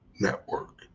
network